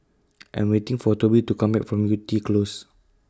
I Am waiting For Toby to Come Back from Yew Tee Close